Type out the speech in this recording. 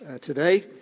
today